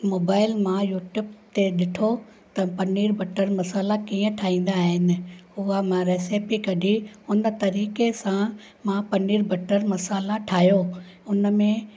mobile मां YouTube ते ॾिठो त पनीर बटर मसाला कीअं ठाहींदा आहिनि उहा मां रेसिपी कढी उन तरीके सां मां पनीर बटर मसाला ठाहियो उनमें